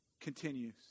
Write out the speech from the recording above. continues